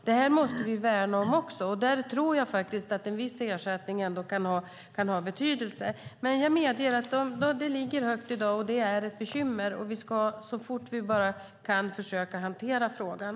Det måste vi också värna om. Där tror jag att en viss ersättning kan ha betydelse, men jag medger den ligger högt i dag. Det är ett bekymmer. Vi ska försöka hantera frågan så fort vi bara kan.